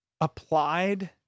applied